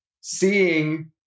seeing